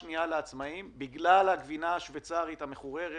לעצמאים בגלל הגבינה השווייצרית המחוררת